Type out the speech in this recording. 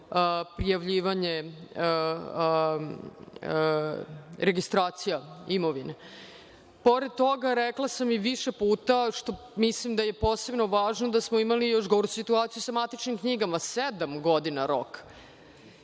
prijavljivanje registracija imovine. Pored toga, rekla sam i više puta, što mislim da je posebno važno, da smo imali još goru situaciju sa matičnim knjigama, sedam godina rok.